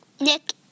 Nick